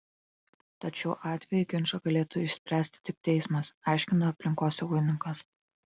tad šiuo atveju ginčą galėtų išspręsti tik teismas aiškino aplinkosaugininkas